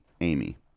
Amy